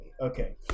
Okay